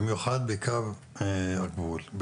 במיוחד בקו העימות,